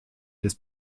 des